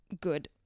good